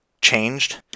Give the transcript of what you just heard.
changed